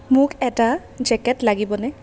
মোক এটা জেকেট লাগিবনে